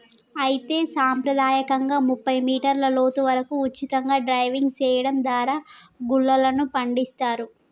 అయితే సంప్రదాయకంగా ముప్పై మీటర్ల లోతు వరకు ఉచితంగా డైవింగ్ సెయడం దారా గుల్లలను పండిస్తారు